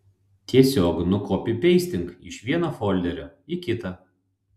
tiesiog nukopipeistink iš vieno folderio į kitą